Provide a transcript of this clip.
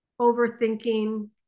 overthinking